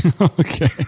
Okay